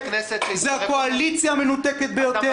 זו הקואליציה המנותקת ביותר.